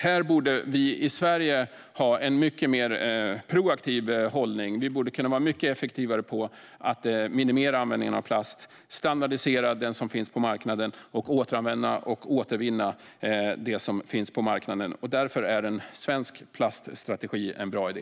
Här borde vi i Sverige ha en mycket mer proaktiv hållning. Vi borde kunna vara mycket effektivare när det gäller att minimera användningen av plast och standardisera, återanvända och återvinna den som finns på marknaden. Därför är en svensk plaststrategi en bra idé.